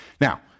Now